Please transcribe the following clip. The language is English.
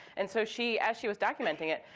and so she, as she was documenting it,